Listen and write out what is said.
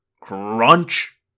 crunch